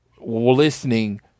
listening